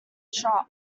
shot